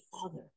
father